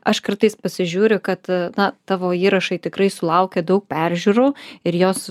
aš kartais pasižiūriu kad na tavo įrašai tikrai sulaukė daug peržiūrų ir jos